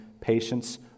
patience